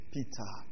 Peter